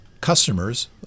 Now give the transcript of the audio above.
customers